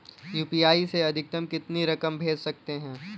UPI से अधिकतम कितनी रकम भेज सकते हैं?